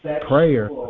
prayer